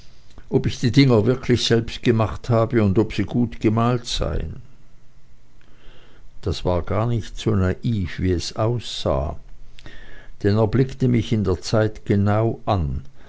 ob ich die dinger wirklich selbst gemacht habe und ob sie gut gemalt seien das war gar nicht so naiv wie es aussah denn er blickte mich in der zeit genau an